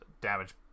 damage